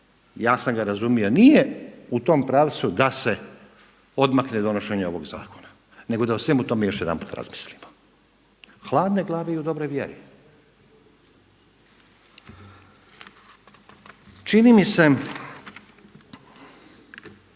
ja sam ga razumio, nije u tom pravcu da se odmakne donošenje ovog zakona nego da o svemu tome još jedanput razmislimo, hladne glave i u dobroj vjeri. Čime